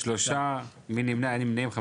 3 נמנעים,